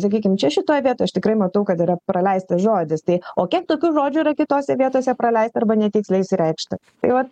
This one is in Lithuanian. sakykim čia šitoj vietoj aš tikrai matau kad yra praleistas žodis tai o kiek tokių žodžių yra kitose vietose praleista arba netiksliai išsireikšta tai vat